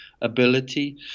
ability